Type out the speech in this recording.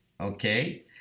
Okay